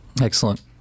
Excellent